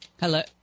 Hello